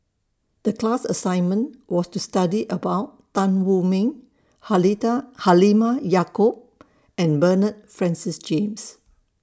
The class assignment was to study about Tan Wu Meng Halimah Yacob and Bernard Francis James